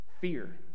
fear